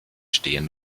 stehen